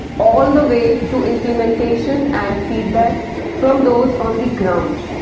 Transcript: all the way to implementation and feedback from those on the ground